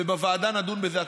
ונדון בזה בוועדה,